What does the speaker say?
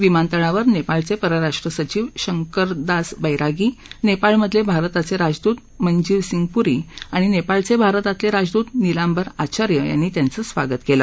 विमानतळावर नेपाळचे परराष्ट्र सचीव शंकरदास बैरागी नेपाळमधले भारताचे राजदूत मनजीवसिंग पुरी आणि नेपाळचे भारतातले राजदूत निलांबर आचार्य यांनी त्यांचं स्वागत केलं